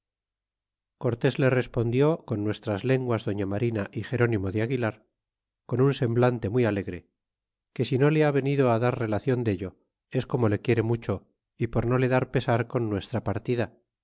cortés con el gran con nuestras lenguas doña marina é gernimo de aguilar con un semblante muy alegre que si no le ha venido á dar relacion dello es como le quiere mucho y por no le dar pesar con nuestra partida